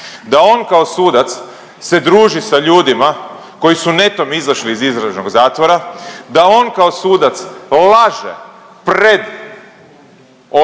da on kao sudac se druži sa ljudima koji su netom izašli iz istražnog zatvora, da on kao sudac laže pred odborom